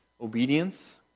obedience